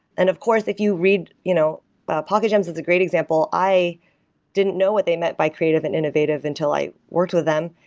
and of course, if you read you know pocket gems is a great example. i didn't know what they meant by creative and innovative until i worked with them.